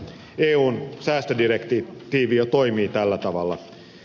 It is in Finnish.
eun säästödirektiivi jo toimii tällä tavalla